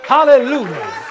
Hallelujah